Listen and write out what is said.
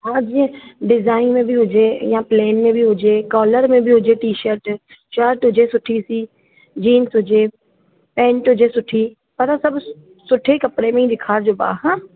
और जीअं डिजाइन में बि हुजे या प्लेन में बि हुजे कॉलर में बि हुजे टी शर्ट शर्ट हुजे सुठी सी जींस हुजे पेंट हुजे सुठी पर सभु सुठे कपिड़े में ई ॾेखारजो भाउ हा